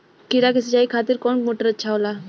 खीरा के सिचाई खातिर कौन मोटर अच्छा होला?